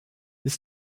this